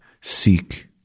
seek